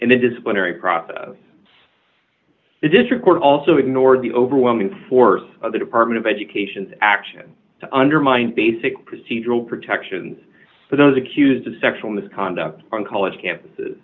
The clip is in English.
in the disciplinary process the district court also ignored the overwhelming force of the department of education action to undermine basic procedural protections for those accused of sexual misconduct on college campuses